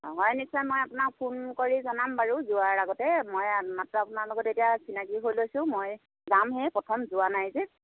অঁ হয় নিশ্চয় মই আপোনাক ফোন কৰি জনাম বাৰু যোৱাৰ আগতে মই মাত্ৰ আপোনাক এতিয়া চিনাকী হৈ লৈছো মই যামহে প্ৰথম যোৱা নাই যে